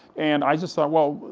and i just thought well,